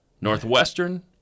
Northwestern